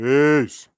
Peace